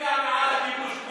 ולהשפיע בעד הכיבוש,